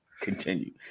Continue